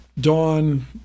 Dawn